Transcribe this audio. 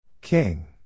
King